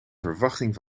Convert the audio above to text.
verwachting